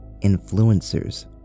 influencers